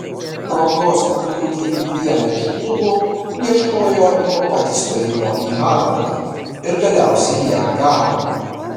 progos pakliūti į vieną iš klubų ieškojo nuo pat įstojimo į harvardą ir galiausiai ją gavo